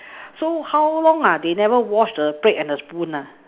so how long ah they never wash the plate and the spoon ah